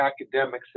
academics